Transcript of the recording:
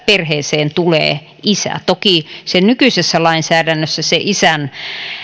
perheeseen tulee isä toki nykyisessä lainsäädännössä se isän